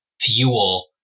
fuel